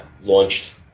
launched